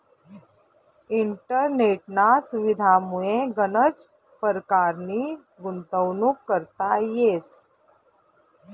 इंटरनेटना सुविधामुये गनच परकारनी गुंतवणूक करता येस